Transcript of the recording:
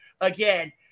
again